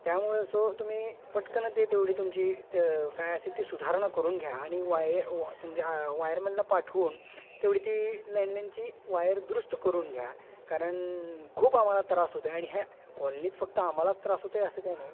त्यामुळे सो तुम्ही पटकन ते तेवढी तुमची काय असेल ती सुधारणा करून घ्या आणि वायर तुमच्या वायरमनला पाठवून तेवढी ती लँडलाईनची वायर दुरुस्त करून घ्या कारण खूप आम्हाला त्रास होत आहे आणि ह्या कॉलनीत फक्त आम्हालाच त्रास होत आहे असं काय नाही